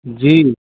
जी